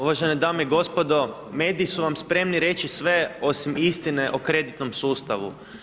Uvažene dame i gospodo, mediji su vam spremni reći sve osim istine o kreditnom sustavu.